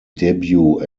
debut